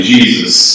Jesus